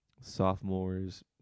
sophomores